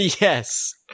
yes